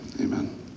Amen